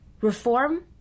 Reform